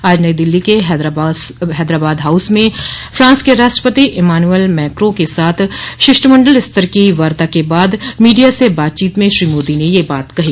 आज नई दिल्ली के हैदराबाद हाउस में फ्रांस के राष्ट्रपति इमानुएल मैक्रों के साथ शिष्टमंडल स्तर की वार्ता के बाद मीडिया से बातचीत में श्री मोदी ने ये बात कही